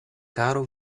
caro